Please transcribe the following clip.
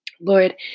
Lord